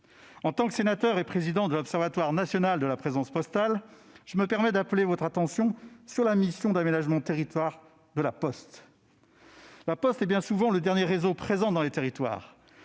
En tant que sénateur et président de l'Observatoire national de la présence postale, je me permets d'appeler votre attention sur la mission d'aménagement du territoire de La Poste, qui est bien souvent le dernier réseau présent dans les territoires.